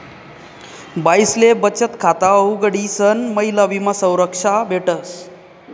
बाईसले बचत खाता उघडीसन महिला विमा संरक्षा भेटस